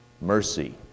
mercy